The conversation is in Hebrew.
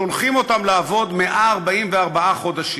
שולחים אותם לעבוד 144 חודשים,